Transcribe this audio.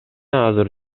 азыр